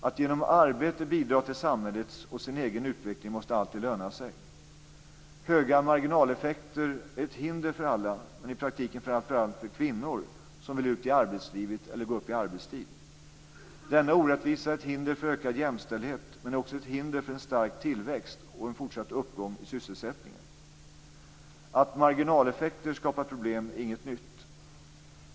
Att genom arbete bidra till samhällets och sin egen utveckling måste alltid löna sig. Höga marginaleffekter är ett hinder för alla men i praktiken framför allt för kvinnor som vill ut i arbetslivet eller gå upp i arbetstid. Denna orättvisa är ett hinder för ökad jämställdhet men också ett hinder för en stark tillväxt och en fortsatt uppgång i sysselsättning. Att marginaleffekter skapar problem är inget nytt.